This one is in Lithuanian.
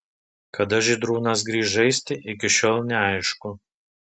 kada žydrūnas grįš žaisti iki šiol neaišku